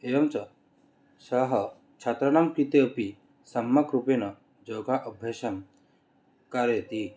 एवञ्च सः छात्राणाङ्कृते अपि सम्मग्रूपेण योग अभ्यासं कारयति